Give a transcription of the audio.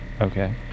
Okay